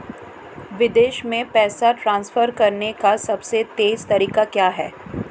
विदेश में पैसा ट्रांसफर करने का सबसे तेज़ तरीका क्या है?